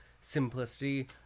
simplicity